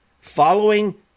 following